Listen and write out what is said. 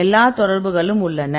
எல்லா தொடர்புகளும் உள்ளன